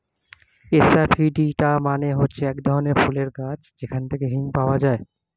asafoetida মানে হচ্ছে এক ধরনের ফুলের গাছ যেখান থেকে হিং পাওয়া যায়